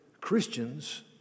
Christians